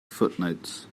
footnotes